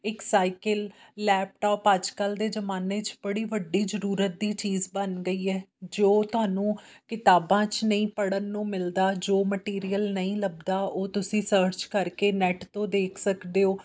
ਇਕ cycle laptop ਅੱਜ ਕੱਲ੍ਹ ਦੇ ਜ਼ਮਾਨੇ 'ਚ ਬੜੀ ਵੱਡੀ ਜ਼ਰੂਰਤ ਦੀ ਚੀਜ਼ ਬਣ ਗਈ ਹੈ ਜੋ ਤੁਹਾਨੂੰ ਕਿਤਾਬਾਂ 'ਚ ਨਹੀਂ ਪੜ੍ਹਨ ਨੂੰ ਮਿਲਦਾ ਜੋ ਮਟੀਰੀਅਲ ਨਹੀਂ ਲੱਭਦਾ ਉਹ ਤੁਸੀਂ ਸਰਚ ਕਰਕੇ ਨੈਟ ਤੋਂ ਦੇਖ ਸਕਦੇ ਹੋ